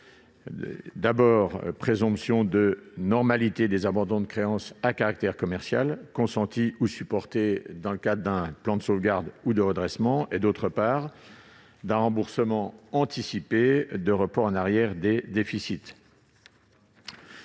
la présomption de normalité des abandons de créance à caractère commercial consentis ou supportés dans le cadre d'un plan de sauvegarde ou de redressement et, d'autre part, d'un remboursement anticipé de la créance de report en arrière des déficits.